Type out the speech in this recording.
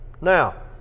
Now